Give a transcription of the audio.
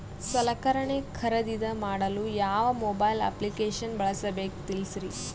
ಸಲಕರಣೆ ಖರದಿದ ಮಾಡಲು ಯಾವ ಮೊಬೈಲ್ ಅಪ್ಲಿಕೇಶನ್ ಬಳಸಬೇಕ ತಿಲ್ಸರಿ?